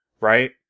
right